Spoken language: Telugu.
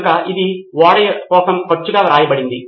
కనుక ఇది ఓడ కోసం ఖర్చుగా వ్రాయబడుతుంది